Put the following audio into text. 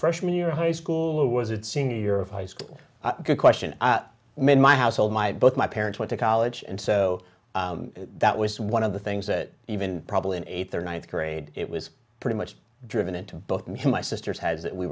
freshman year of high school or was it senior year of high school good question made my household my both my parents went to college and so that was one of the things that even probably in eighth or ninth grade it was pretty much driven into both me and my sisters had